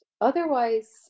otherwise